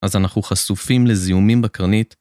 אז אנחנו חשופים לזיהומים בקרנית.